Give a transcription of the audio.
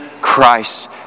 Christ